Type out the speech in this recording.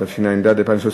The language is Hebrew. התשע"ד 2013,